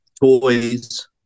toys